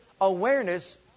awareness